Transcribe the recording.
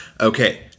Okay